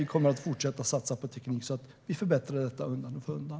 Vi kommer att fortsätta att satsa på teknik så att vi förbättrar detta undan för undan.